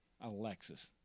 Alexis